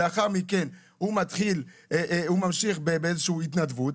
לאחר מכן הוא ממשיך באיזושהי התנדבות,